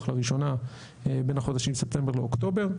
לראשונה בין החודשים ספטמבר לאוקטובר.